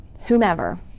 whomever